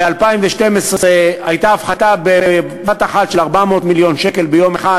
ב-2012 הייתה הפחתה בבת-אחת של 400 מיליון שקל ביום אחד,